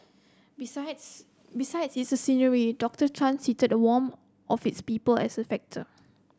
besides besides its scenery Doctor Tan cited the warmth of its people as a factor